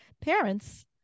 parents